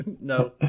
No